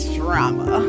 drama